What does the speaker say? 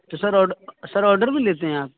تو sir sir order بھی لیتے ہیں آپ